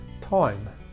time